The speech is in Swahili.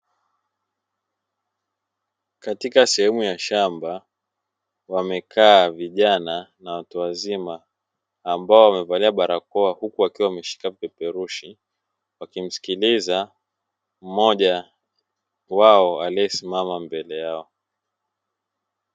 Katika sehemu ya shamba wamekaa vijana na watu wazima ambao wamevalia barakoa huku wakiwa wameshika peperushi, wakimsikiliza mmoja wao aliyesimama mbele yao.